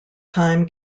time